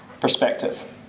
perspective